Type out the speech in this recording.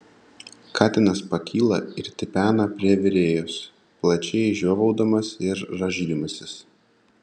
katinas pakyla ir tipena prie virėjos plačiai žiovaudamas ir rąžydamasis